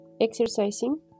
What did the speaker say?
exercising